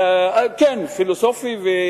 כן, פילוסופי.